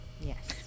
yes